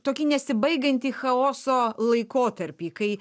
tokį nesibaigiantį chaoso laikotarpį kai